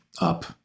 up